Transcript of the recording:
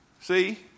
See